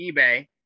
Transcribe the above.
eBay